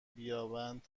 بیابند